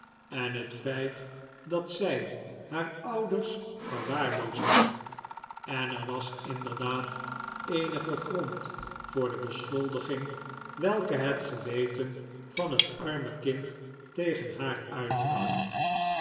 en het feit dat zij haar ouders verwaarloosd had en er was inderdaad eenige grond voor de beschuldiging welke het geweten van het arme kind tegen haar uitbracht